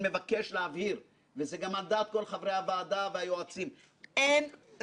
למנוע שאנשים טובים ומוכשרים יוכלו לעבור ממקום למקום,